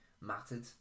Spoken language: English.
mattered